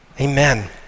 Amen